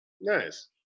Nice